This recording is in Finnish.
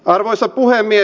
arvoisa puhemies